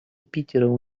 питера